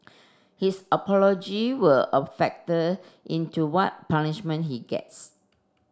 his apology will a factor in to what punishment he gets